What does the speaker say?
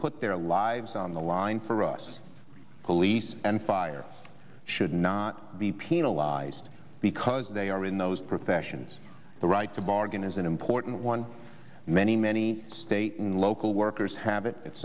put their lives on the line for us police and fire should not be penalized because they are in those professions the right to bargain is an important one many many state and local workers have it it's